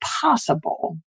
possible